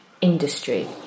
industry